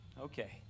Okay